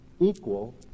equal